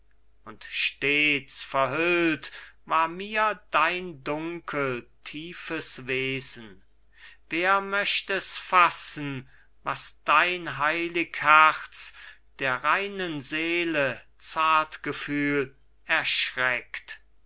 und stets verhüllt war mir dein dunkel tiefes wesen wer möcht es fassen was dein heilig herz der reinen seele zartgefühl erschreckt